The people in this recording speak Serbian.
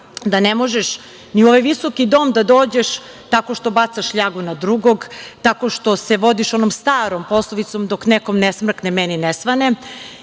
da ne možeš ni u ovaj visoki dom da dođeš tako što bacaš ljagu na drugog, tako što se vodiš onom starom poslovicom – dok nekom ne smrkne, meni ne svane.